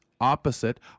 opposite